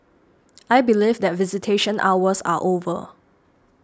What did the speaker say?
I believe that visitation hours are over